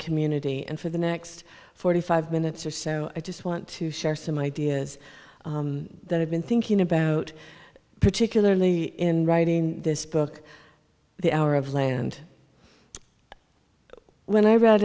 community and for the next forty five minutes or so i just want to share some ideas that i've been thinking about particularly in writing this book the hour of land when i read